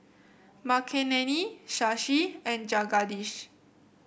Makineni Shashi and Jagadish